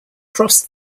cross